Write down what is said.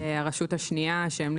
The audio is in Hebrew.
הרשות השנייה שהמליצה.